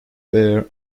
bear